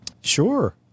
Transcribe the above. Sure